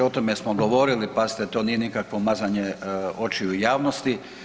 O tome smo govorili, pazite, to nije nikakvo mazanje očiju javnosti.